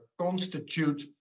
constitute